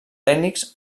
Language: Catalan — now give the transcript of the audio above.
tècnics